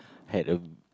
had a